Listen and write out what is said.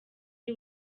y’i